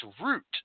root